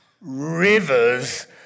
rivers